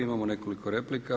Imamo nekoliko replika.